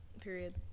Period